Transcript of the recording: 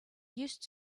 used